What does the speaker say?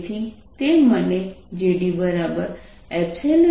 તેથી તે મને JD0